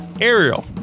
Ariel